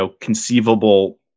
conceivable